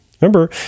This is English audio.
Remember